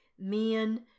men